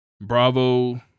bravo